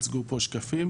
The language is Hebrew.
הוצגו פה שקפים.